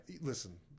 listen